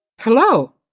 Hello